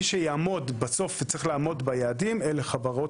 מי שיעמוד בסוף צריך לעמוד ביעדים אלה חברות